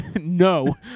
No